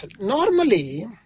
Normally